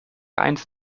eins